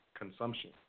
consumption